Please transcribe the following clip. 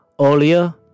earlier